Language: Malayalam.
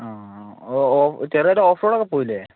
ആ ആ ഓ ചിലത് ഓഫ് റോഡൊക്കെ പോകുകയില്ലേ